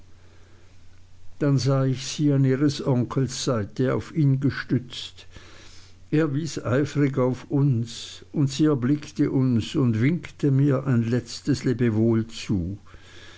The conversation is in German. dann sah ich sie an ihres onkels seite auf ihn gestützt er wies eifrig auf uns und sie erblickte uns und winkte mir ein letztes lebewohl zu